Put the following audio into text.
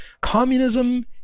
communism